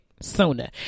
sooner